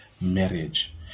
marriage